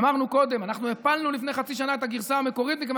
אמרנו קודם: אנחנו הפלנו לפני חצי שנה את הגרסה המקורית מכיוון